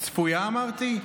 "צפויה" אמרתי?